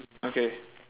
okay